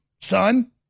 son